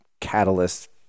catalyst